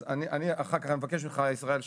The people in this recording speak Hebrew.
ישראל,